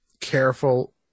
careful